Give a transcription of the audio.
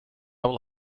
will